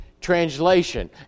translation